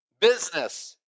Business